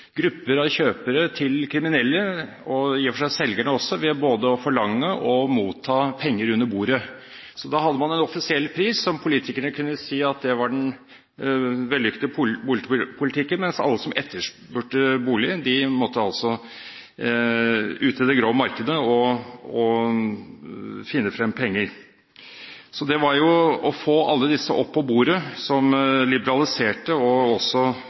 grupper av kjøpere til kriminelle – i og for seg også selgerne – ved både å forlange og motta penger under bordet. Da hadde man en offisiell pris – og politikerne kunne si at det var på grunn av den vellykkede boligpolitikken – mens alle som etterspurte boliger, måtte ut i det grå markedet og finne penger. Så det var det at man fikk alt dette opp på bordet som liberaliserte og også